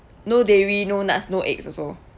no dairy no nuts no eggs also